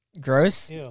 Gross